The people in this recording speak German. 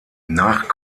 nach